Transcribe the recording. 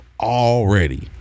Already